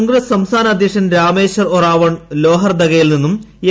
കോൺഗ്രസ്സ് സംസ്ഥാന അദ്ധ്യക്ഷൻ രാമേശ്ച്ർ ഒറാവോൺ ലോഹർദഗയിൽ നിന്നും എ